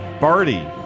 Barty